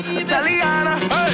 italiana